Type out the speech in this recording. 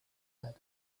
said